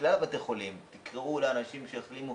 בכלל בתי החולים שיקראו לאנשים שהחלימו